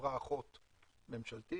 לחברה אחות ממשלתית.